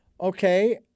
okay